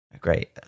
great